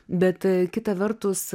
bet kita vertus